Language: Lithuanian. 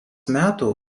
metų